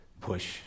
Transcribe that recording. push